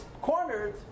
cornered